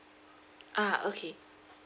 ah okay